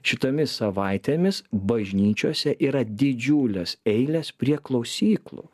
šitomis savaitėmis bažnyčiose yra didžiulės eilės prie klausyklų